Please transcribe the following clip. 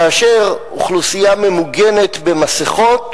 כאשר האוכלוסייה ממוגנת במסכות